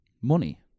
Money